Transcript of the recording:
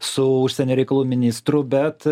su užsienio reikalų ministru bet